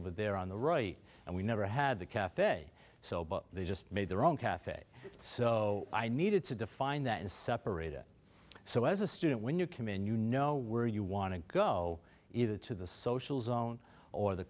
over there on the right and we never had the cafe so but they just made their own cafe so i needed to define that as separate it so as a student when you command you know where you want to go either to the social zone or the